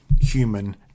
human